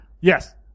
Yes